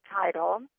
title